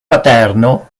paterno